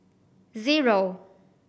zero